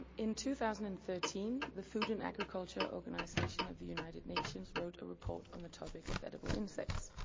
in two thousand and thirteen, the food and agricultural organization of the united nations wrote a report on the topic of edible insects.